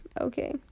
Okay